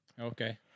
Okay